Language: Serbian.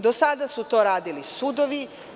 Do sada su to radili sudovi.